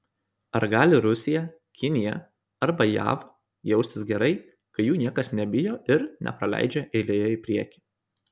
ar gali rusija kinija arba jav jaustis gerai kai jų niekas nebijo ir nepraleidžia eilėje į priekį